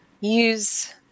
use